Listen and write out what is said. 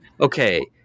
okay